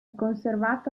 conservato